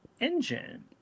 engine